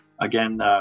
again